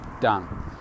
Done